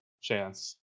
chance